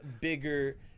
bigger